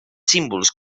símbols